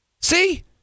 See